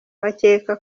bakeka